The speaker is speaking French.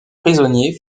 prisonniers